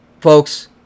Folks